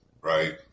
Right